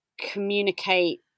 communicate